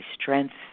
strength